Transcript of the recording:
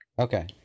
Okay